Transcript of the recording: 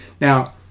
now